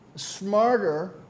smarter